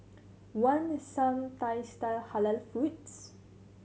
want some Thai style Halal foods